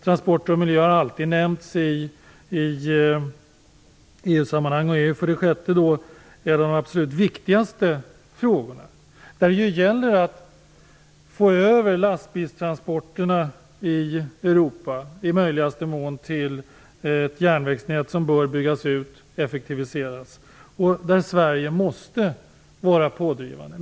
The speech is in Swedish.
Transporter och miljö har alltid nämnts i EU-sammanhang och är, för det sjätte, en av de absolut viktigaste frågorna, där det ju gäller att få över lastbilstransporterna i Europa i möjligaste mån till ett järnvägsnät som bör byggas ut och effektiviseras och där Sverige måste vara pådrivande.